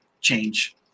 change